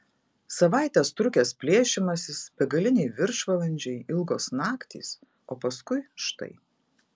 savaites trukęs plėšymasis begaliniai viršvalandžiai ilgos naktys o paskui štai